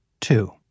two